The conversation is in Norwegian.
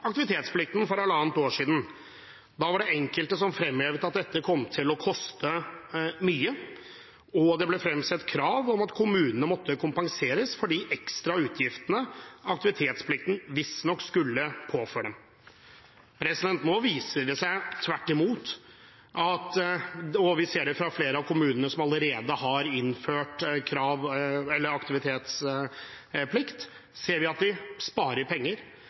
aktivitetsplikten for halvannet år siden, var det enkelte som fremhevet at dette kom til å koste mye, og det ble fremsatt krav om at kommunene måtte kompenseres for de ekstra utgiftene aktivitetsplikten visstnok skulle påføre dem. Nå viser det seg tvert imot at vi sparer penger; vi ser det i flere av kommunene som allerede har innført aktivitetsplikt. Vi ser at